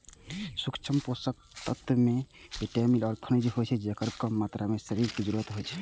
सूक्ष्म पोषक तत्व मे विटामिन आ खनिज होइ छै, जेकर कम मात्रा मे शरीर कें जरूरत होइ छै